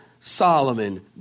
Solomon